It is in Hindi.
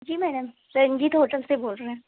जी मैडम रंजीत होटल से बोल रही हूँ